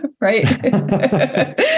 Right